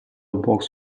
box